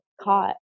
caught